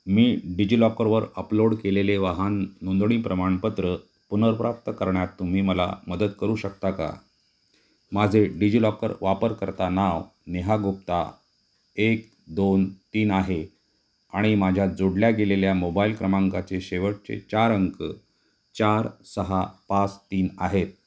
मी डिजि लॉकरवर अपलोड केलेले वाहन नोंदणी प्रमाणपत्र पुनर्प्राप्त करण्यात तुम्ही मला मदत करू शकता का माझे डिजि लॉकर वापरकर्ता नाव नेहा गुप्ता एक दोन तीन आहे आणि माझ्या जोडल्या गेलेल्या मोबाईल क्रमांकाचे शेवटचे चार अंक चार सहा पाच तीन आहेत